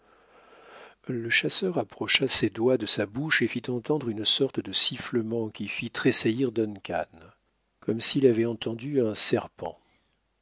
le chasseur approcha ses doigts de sa bouche et fit entendre une sorte de sifflement qui fit tressaillir duncan comme s'il avait entendu un serpent